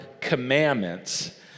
commandments